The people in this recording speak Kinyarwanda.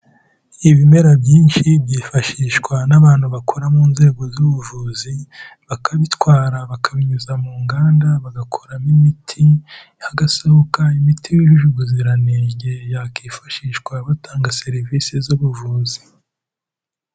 Ibimera byinshi byifashishwa n'abantu bakora mu nzego z'ubuvuzi, bakabitwara bakabinyuza mu nganda bagakoramo imiti, hagasohoka imiti yujuje ubuziranenge yakifashishwa batanga serivisi z'ubuvuzi.